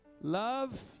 love